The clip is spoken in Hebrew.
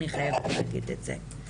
אני חייבת להגיד את זה.